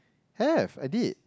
have I did